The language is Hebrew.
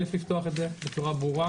א' לפתוח את זה בצורה ברורה,